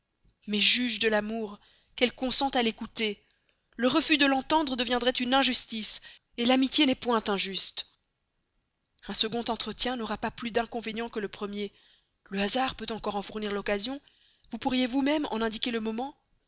mais juge de l'amour qu'elle consente à l'écouter le refus de l'entendre deviendrait une injustice l'amitié n'est point injuste un second entretien n'aura pas plus d'inconvénient que le premier le hasard peut encore en fournir l'occasion vous pourriez vous-même en indiquer le moment